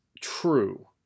true